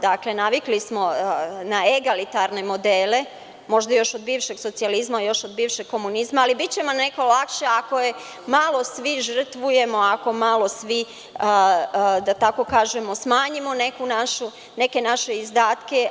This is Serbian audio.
Dakle, navikli smo na egalitarne modele možda još od bivšeg socijalizma i bivšeg komunizma, ali biće nam lakše ako malo svi žrtvujemo, ako malo svi smanjimo neke naše izdatke.